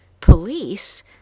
Police